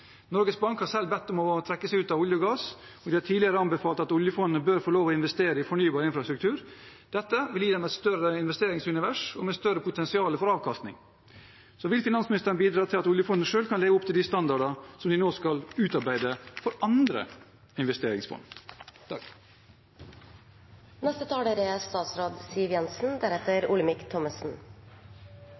Norges Bank har selv bedt om å få trekke seg ut av olje og gass, og de har tidligere anbefalt at oljefondet bør få lov til å investere i fornybar infrastruktur. Dette vil gi dem et større investeringsunivers, med et større potensial for avkastning. Vil finansministeren bidra til at oljefondet selv kan leve opp til de standardene som de nå skal utarbeide for andre investeringsfond?